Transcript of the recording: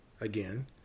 again